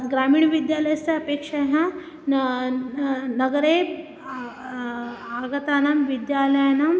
ग्रामीणविद्यालयस्य अपेक्षाः न न नगरे आगतानां विद्यालयानाम्